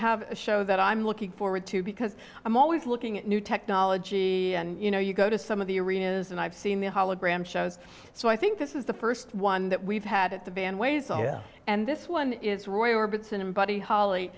have a show that i'm looking forward to because i'm always looking at new technology and you know you go to some of the arenas and i've seen the hologram shows so i think this is the st one that we've had at the band ways and this one is roy orbison and buddy holly